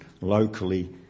locally